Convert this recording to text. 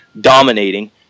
dominating